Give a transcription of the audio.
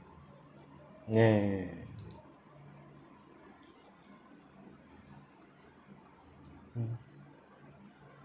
ya ya ya ya mm